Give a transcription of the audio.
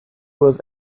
was